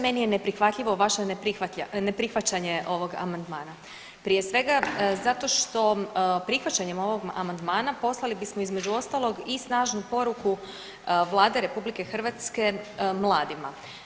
Meni je neprihvatljivo vaše neprihvaćanje ovog amandmana, prije svega zato što prihvaćanjem ovog amandmana poslali bismo između ostalog i snažnu poruku Vlade RH mladima.